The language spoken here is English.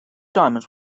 diamonds